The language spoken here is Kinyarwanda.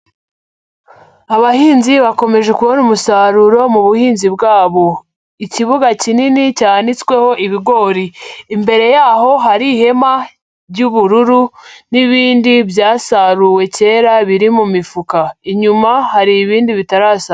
Abahinzi bakomeje kubona umusaruro mu buhinzi bwabo, ikibuga kinini cyanitsweho ibigori, imbere y'aho hari ihema ry'ubururu n'ibindi byasaruwe kera biri mu mifuka, inyuma hari ibindi bitarasarurwa.